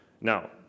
Now